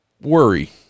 worry